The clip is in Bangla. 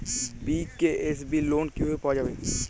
বি.কে.এস.বি লোন কিভাবে পাওয়া যাবে?